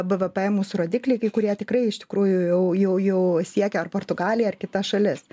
bvp mūsų rodikliai kai kurie tikrai iš tikrųjų jau jau jau siekia ar portugaliją ar kitas šalis